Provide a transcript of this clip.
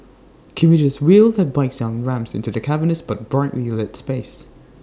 commuters wheel their bikes down ramps into the cavernous but brightly lit space